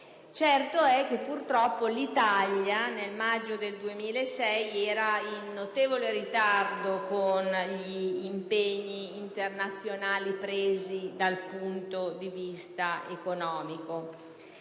Certo è che, purtroppo, l'Italia nel maggio 2006 era in notevole ritardo con gli impegni internazionali presi dal punto di vista economico.